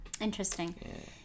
Interesting